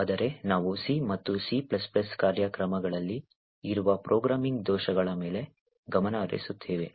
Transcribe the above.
ಆದರೆ ನಾವು C ಮತ್ತು C ಕಾರ್ಯಕ್ರಮಗಳಲ್ಲಿ ಇರುವ ಪ್ರೋಗ್ರಾಮಿಂಗ್ ದೋಷಗಳ ಮೇಲೆ ಗಮನ ಹರಿಸುತ್ತೇವೆ